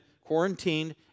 quarantined